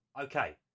Okay